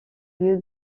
lieu